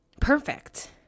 perfect